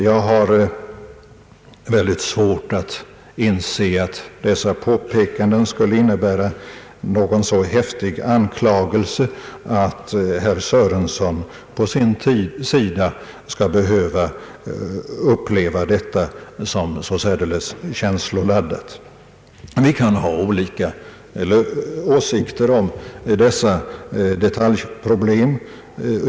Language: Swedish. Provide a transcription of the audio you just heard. Jag har mycket svårt att inse att dessa påpekanden skulle innebära någon så häftig anklagelse, att herr Sörenson skall behöva uppleva detta som så särdeles känsloladdat. Vi kan ha olika åsikter om dessa detaljproblem.